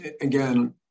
Again